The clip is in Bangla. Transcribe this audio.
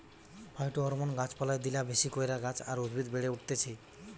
ফাইটোহরমোন গাছ পালায় দিলা বেশি কইরা গাছ আর উদ্ভিদ বেড়ে উঠতিছে